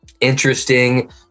interesting